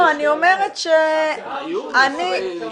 לא, אני אומרת ש- ---- -1972,